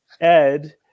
ed